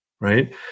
right